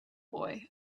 boy